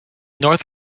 north